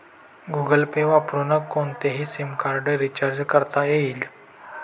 Google Pay वरुन कोणतेही sim card recharge करता येईल